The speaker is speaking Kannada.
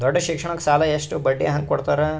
ದೊಡ್ಡ ಶಿಕ್ಷಣಕ್ಕ ಸಾಲ ಎಷ್ಟ ಬಡ್ಡಿ ಹಂಗ ಕೊಡ್ತಾರ?